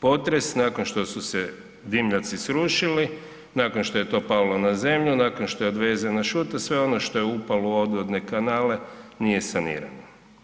potres, nakon što su se dimnjaci srušili, nakon što je to palo na zemlju, nakon što je odvezena šuta sve ono što je upalo u odvodne kanale nije sanirano.